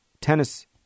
tennis